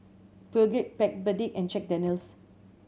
Peugeot Backpedic and Jack Daniel's